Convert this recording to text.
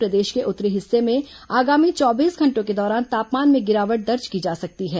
प्रदेश के उत्तरी हिस्से में आगामी चौबीस घंटों के दौरान तापमान में गिरावट दर्ज की जा सकती है